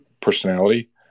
personality